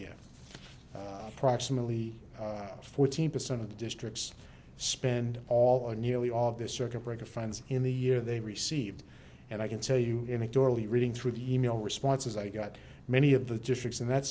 year approximately fourteen percent of the districts spend all or nearly all of the circuit breaker friends in the year they received and i can tell you a majority reading through the e mail responses i got many of the districts in that